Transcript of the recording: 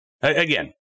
Again